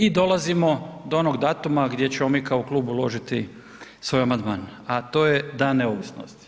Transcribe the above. I dolazimo do onog datuma gdje ćemo mi kao klub uložiti svoj amandman, a to je Dan neovisnosti.